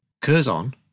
Curzon